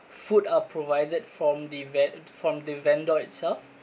food are provided from the ve~ from the vendor itself